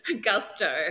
gusto